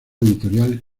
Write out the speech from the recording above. editorial